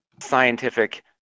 scientific